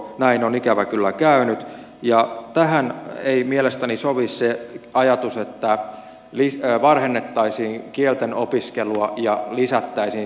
näin on ikävä kyllä käynyt ja tähän ei mielestäni sovi se ajatus että varhennettaisiin kieltenopiskelua ja lisättäisiin sitä